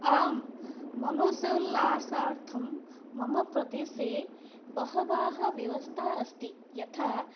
आम् मनोसोल्लासार्थं मम प्रदेशे बहवाः व्यवस्थाः अस्ति यथा